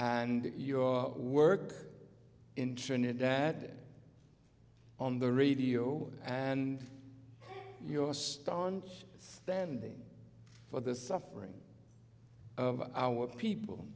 and your work in trinidad on the radio and your star on standing for the suffering of our people